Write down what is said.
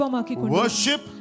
Worship